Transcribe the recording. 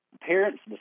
parents